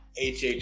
hh